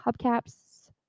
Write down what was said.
Hubcaps